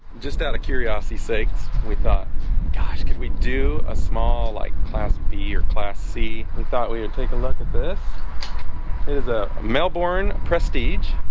just out of curiosity sakes we thought gosh could we do a small like class b or class c and thought we would take a look at this? it is a melbourne prestige